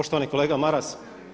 Poštovani kolega Maras.